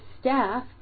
staff